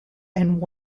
and